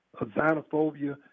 xenophobia